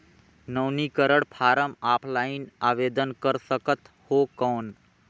नवीनीकरण form offline आवेदन कर सकत हो कौन?